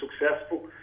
successful